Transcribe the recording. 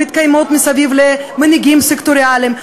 הן מתקיימות מסביב למנהיגים סקטוריאליים.